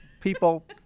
People